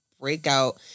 breakout